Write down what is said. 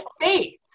faith